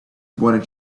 wanted